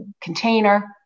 container